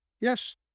Yes